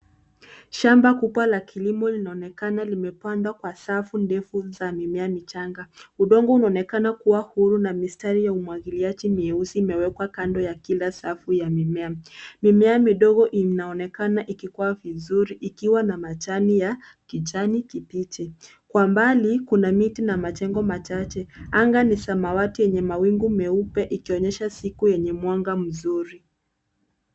Shamba kubwa la kilimo linaonekana limepandwa kwa safu ndefu za mimea michanga. Udongo unaonekana kuwa huru na mistari ya umwagiliaji mieusi imewekwa kando ya kila safi ya mimea. Mimea midogo inaonekana ikikuwa vizuri, ikiwa na majani ya kijani kibichi. Kwa mbali kuna miti na majengo machache, anga ni samawati yenye mawingu meupe ikionyesha siku yenye mwanga mzuri.